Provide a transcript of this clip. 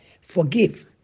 forgive